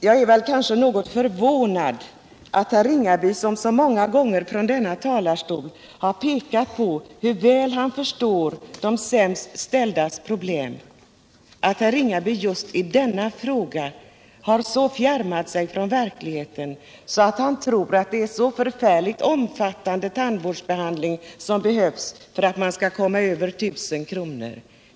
Jag är något förvånad över att herr Ringaby, som många gånger från denna talarstol har framhållit hur väl han förstår de sämst ställdas problem, i just denna fråga har så långt fjärmat sig från verkligheten att han tror att en omfattande tandvårdsbehandling behöver företas om man skall komma över 1 000 kr.